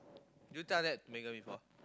did you tell that Megan before